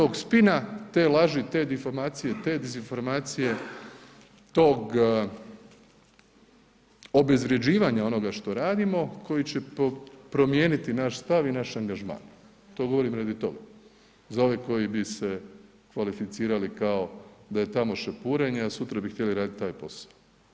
I nema tog spina, te laži, te difamacije, te dezinformacije, tog obezvrjeđivanja onoga što radimo koji će promijeniti naš stav i naš angažman, to govorim radi toga za ove koji bi se kvalificirali kao da je tamo šepurenje a sutra bi htjeli raditi taj posao.